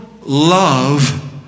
love